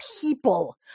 people